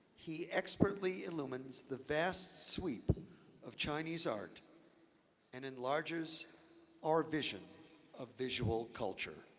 he expertly illumines the vast sweep of chinese art and enlarges our vision of visual culture.